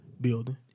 building